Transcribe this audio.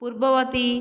ପୂର୍ବବର୍ତ୍ତୀ